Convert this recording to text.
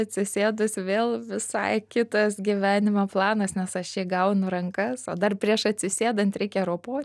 atsisėdus vėl visai kitas gyvenimo planas nes aš įgaunu rankas o dar prieš atsisėdant reikia ropot